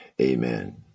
amen